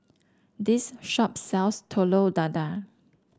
this shop sells Telur Dadah